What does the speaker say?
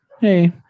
hey